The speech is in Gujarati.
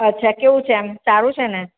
અચ્છા કેવું છે આમ સારું છે ને